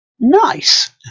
Nice